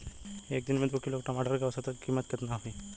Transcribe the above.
एक दिन में दो किलोग्राम टमाटर के औसत कीमत केतना होइ?